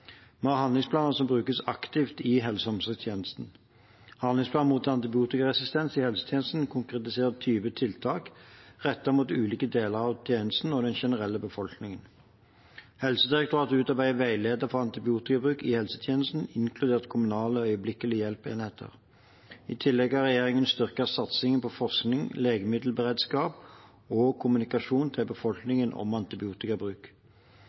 Vi har handlingsplaner som brukes aktivt i helse- og omsorgstjenesten. Handlingsplanen mot antibiotikaresistens i helsetjenesten konkretiserer 20 tiltak rettet mot ulike deler av tjenesten og den generelle befolkningen. Helsedirektoratet utarbeider veileder for antibiotikabruk i helsetjenesten, inkludert kommunale øyeblikkelig-hjelp-enheter. I tillegg har regjeringen styrket satsingen på forskning, legemiddelberedskap og kommunikasjon til befolkningen om antibiotikabruk.